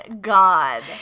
god